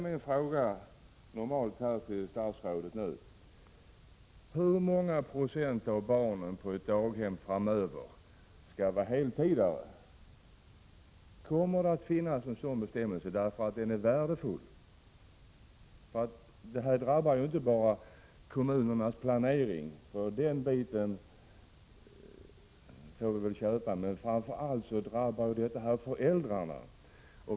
Min fråga till statsrådet är nu: Hur många procent av barnen på ett daghem skall framöver vara heltidsbarn, och kommer det att finnas en föreskrift om detta? En sådan skulle vara värdefull. I detta sammanhang drabbas ju inte bara kommunernas planering — det får vi väl acceptera — utan framför allt föräldrarna.